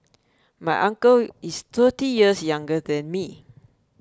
my uncle is thirty years younger than me